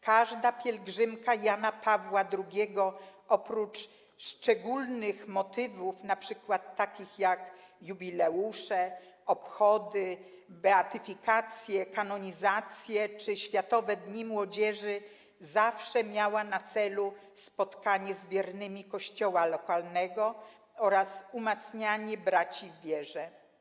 Każda pielgrzymka Jana Pawła II oprócz szczególnych motywów, np. takich jak jubileusze, obchody, beatyfikacje, kanonizacje czy światowe dni młodzieży, zawsze miała na celu spotkanie z wiernymi Kościoła lokalnego oraz umacnianie braci w wierze.